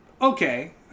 okay